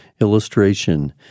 illustration